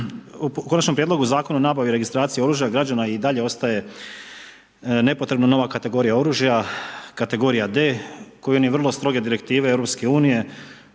U Konačnom prijedlogu zakona o nabavi i registraciji oružja građana i dalje ostaje nepotrebno nova kategorija oružja kategorija D koju ni vrlo stroge direktive Europske unije